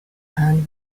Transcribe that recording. and